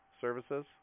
services